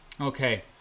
okay